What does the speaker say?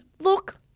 look